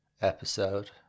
episode